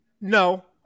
No